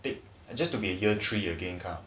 they just to be a year three again lah